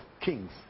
Kings